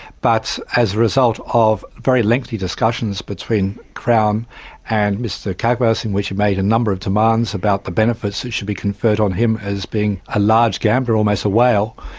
but as a result of very lengthy discussions between crown and mr kakavas in which he made a number of demands about the benefits that should be conferred on him as being a large gambler, almost a whale,